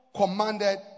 commanded